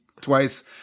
twice